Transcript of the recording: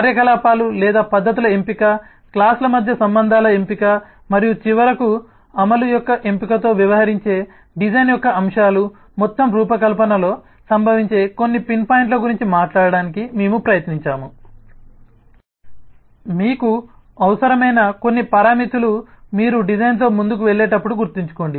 కార్యకలాపాలు లేదా పద్ధతుల ఎంపిక క్లాస్ల మధ్య సంబంధాల ఎంపిక మరియు చివరకు అమలు యొక్క ఎంపికతో వ్యవహరించే డిజైన్ యొక్క అంశాలు మొత్తం రూపకల్పనలో సంభవించే కొన్ని పిన్పాయింట్ల గురించి మాట్లాడటానికి మేము ప్రయత్నించాము మీకు అవసరమైన కొన్ని పారామితులు మీరు డిజైన్తో ముందుకు వెళ్ళేటప్పుడు గుర్తుంచుకోండి